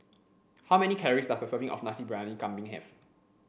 how many calories does a serving of Nasi Briyani Kambing have